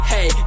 Hey